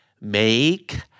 Make